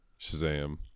Shazam